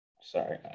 sorry